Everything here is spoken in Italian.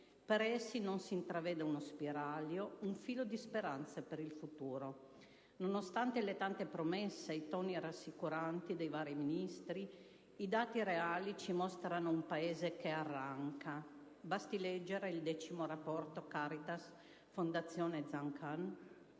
Per essi non si intravede uno spiraglio, un filo di speranza per il futuro. Nonostante le tante promesse e i toni rassicuranti dei vari ministri, i dati reali ci mostrano un Paese che arranca, molto più degli altri paesi europei. Basti leggere il decimo rapporto Caritas - Fondazione Zancan,